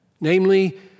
namely